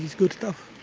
good stuff